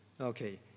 Okay